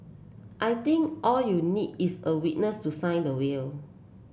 I think all you need is a witness to sign the will